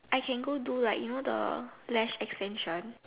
I can go do like you know the lash extension